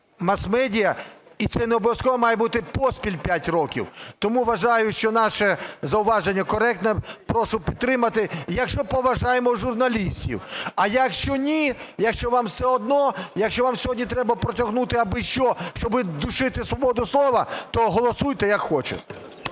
мас-медіа, і це не обов'язково має бути поспіль 5 років. Тому вважаю, що наше зауваження коректне. Прошу підтримати. Якщо поважаємо журналістів. А якщо ні, якщо вам все одно, якщо вам сьогодні треба протягнути абищо, щоби душити свободу слова, то голосуйте як хочете.